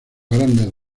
grandes